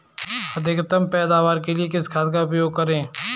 अधिकतम पैदावार के लिए किस खाद का उपयोग करें?